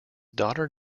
daughter